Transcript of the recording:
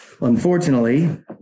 Unfortunately